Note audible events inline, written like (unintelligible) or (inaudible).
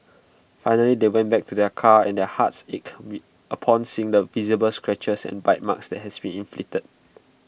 finally they went back to their car and their hearts ached (unintelligible) upon seeing the visible scratches and bite marks that has been inflicted